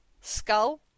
Skull